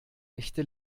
echte